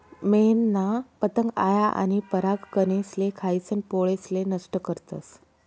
मेनना पतंग आया आनी परागकनेसले खायीसन पोळेसले नष्ट करतस